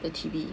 the T_V